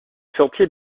sentier